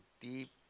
deep